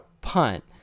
punt